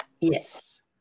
Yes